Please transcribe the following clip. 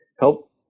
help